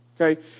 okay